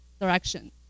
direction